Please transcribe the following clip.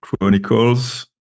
Chronicles